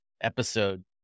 episode